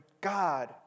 God